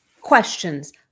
questions